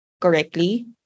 correctly